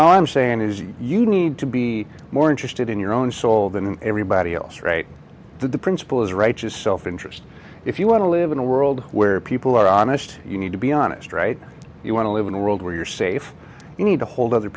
and i'm saying is you need to be more interested in your own soul than everybody else right the principle is right is self interest if you want to live in a world where people are honest you need to be honest right you want to live in a world where you're safe you need to hold other